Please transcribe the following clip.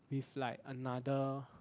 with like another